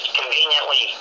conveniently